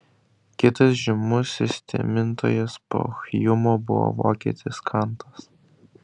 kitas žymus sistemintojas po hjumo buvo vokietis kantas